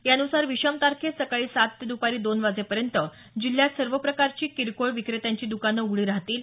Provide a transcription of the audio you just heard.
यानुसार विषम तारखेस सकाळी सात ते दुपारी दोन वाजेपर्यंत जिल्ह्यात सर्व प्रकारची किरकोळ विक्रेत्याची दुकानं उघडी राहतील